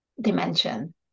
dimension